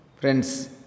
friends